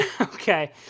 Okay